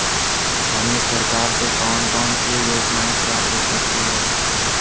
हमें सरकार से कौन कौनसी योजनाएँ प्राप्त हो सकती हैं?